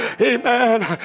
Amen